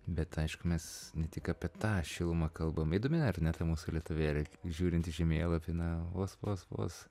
bet aišku mes ne tik apie tą šilumą kalbam įdomi ar ne ta mūsų lietuvėlė žiūrint į žemėlapį na vos vos vos